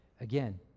again